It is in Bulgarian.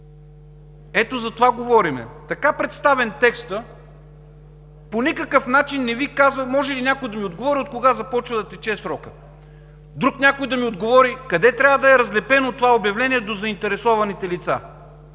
За това говорим! Така представен текстът, по никакъв начин не Ви казва, а и може ли някой да ми отговори – откога започва да тече срокът?! Друг някой да ми отговори – къде трябва да е разлепено това обявление до заинтересованите лица?!